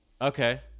Okay